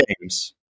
games